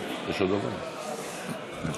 בבקשה, אדוני.